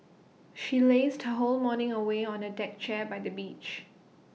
she lazed her whole morning away on A deck chair by the beach